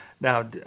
now